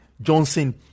Johnson